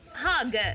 Hug